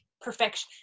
perfection